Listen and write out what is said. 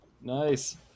Nice